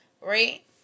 Right